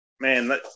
Man